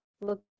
look